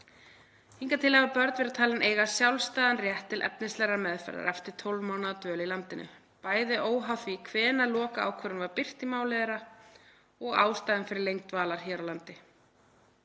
Hingað til hafa börn verið talin eiga sjálfstæðan rétt til efnislegrar meðferðar eftir 12 mánaða dvöl á landinu, bæði óháð því hvenær lokaákvörðun var birt í máli þeirra og ástæðum fyrir lengd dvalar hér á landi.